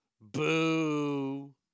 Boo